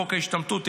חוק ההשתמטות,